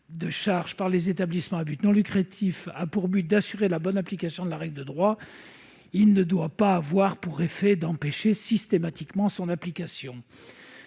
de charges par les établissements à but non lucratif a pour objet d'assurer la bonne application de la règle de droit, il ne doit pas avoir pour effet d'empêcher systématiquement son application.